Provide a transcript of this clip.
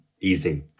easy